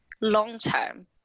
long-term